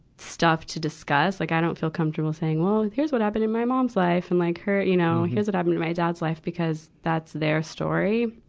stuff to discuss. like i don't feel comfortable saying, well, here's what happened in my mom's like. and like, her, you know, here's what happened in my dad's life, because that's their story.